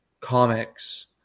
comics